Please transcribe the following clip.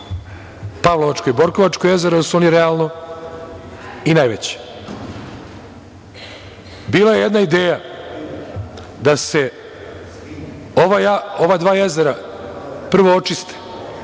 Pavlovačko i Borkovačko jezero jer su oni realno i najveći. Bila je jedna ideja da se ova dva jezera prvo očiste,